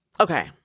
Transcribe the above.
Okay